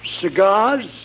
Cigars